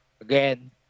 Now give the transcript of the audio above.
again